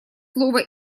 слово